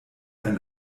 ein